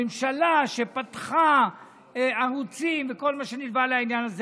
הממשלה שפתחה ערוצים וכל מה שנלווה לעניין הזה.